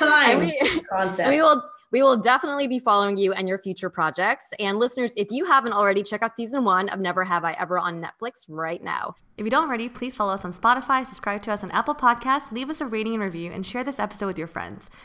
And Time we- is a concept. we will- we will definitely be following you and your future projects. And listeners, if you haven't already, check out season one of Never Have I Ever on Netflix right now. If you don't already, please follow us on Spotify, subscribe to us on Apple Podcasts, leave us a rating and review, and share this episode with your friends.